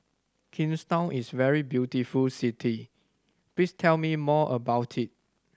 Kingstown is a very beautiful city please tell me more about it